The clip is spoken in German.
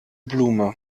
blume